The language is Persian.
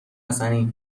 حسنی